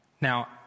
Now